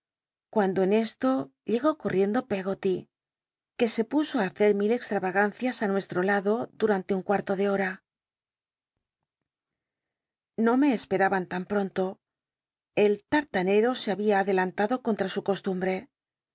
cuando en esto uegó corriendo peggoty que se puso ü hacer mil extravagancias ü nuestm lado durante un cuar'lo de hom no me esperaban tan pronto el tartanero se babia adelantado contra su costumbre